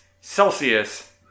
Celsius